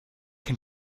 can